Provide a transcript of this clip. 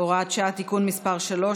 (הוראת שעה) (תיקון מס' 3),